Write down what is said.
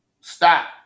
stop